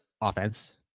offense